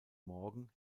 morgen